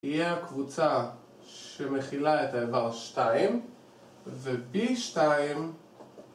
יהיה הקבוצה שמכילה את האיבר שתיים ובי שתיים